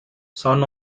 son